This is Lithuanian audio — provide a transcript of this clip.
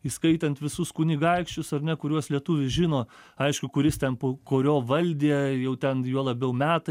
įskaitant visus kunigaikščius ar ne kuriuos lietuvis žino aišku kuris ten po kurio valdė jau ten juo labiau metai